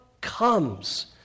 comes